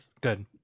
good